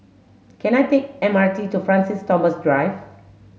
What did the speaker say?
can I take M R T to Francis Thomas Drive